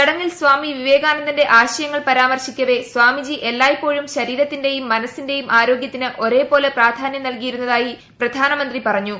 ചടങ്ങിൽ സ്വാമി വിവേകാനന്ദന്റെ ആശയങ്ങൾ പരാമർശിക്കവെ സ്വാമിജി എല്ലായ് പ്പോഴും ശരീരത്തിന്റെയും മനസിന്റെയും ആരോഗ്യത്തിന് ഒരേപോലെ പ്രാധാനൃം നൽകിയിരുന്നതായി പ്രധാനമന്ത്രി പറഞ്ഞു